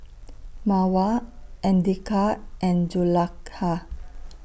Mawar Andika and Zulaikha